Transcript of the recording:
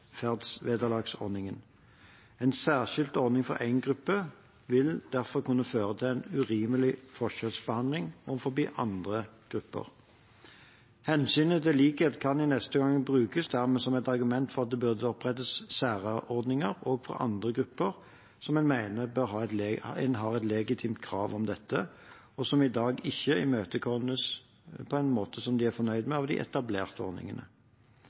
En særskilt ordning for én gruppe vil derfor kunne føre til en urimelig forskjellsbehandling i forhold til andre grupper. Hensynet til likhet kan i neste omgang brukes som argument for at det burde opprettes særordninger også for andre grupper som en mener har et legitimt krav, og som i dag ikke imøtekommes av de etablerte ordningene på en måte som de er fornøyd med.